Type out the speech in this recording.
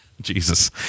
Jesus